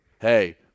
Hey